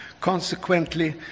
Consequently